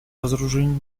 разоружению